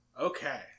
Okay